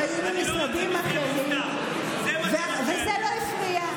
קודם הן היו במשרדים אחרים וזה לא הפריע.